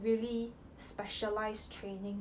really specialised training